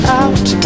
out